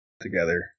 together